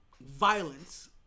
violence